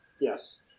Yes